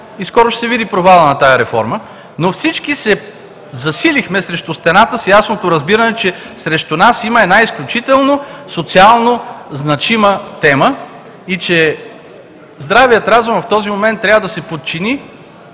и скоро ще се види провалът на тази реформа, но всички се засилихме срещу стената с ясното разбиране, че срещу нас има една изключително социално значима тема и че здравият разум в този момент трябва да се подчини